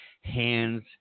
hands